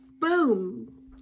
boom